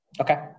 Okay